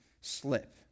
slip